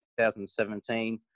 2017